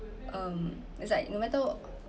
um it's like no matter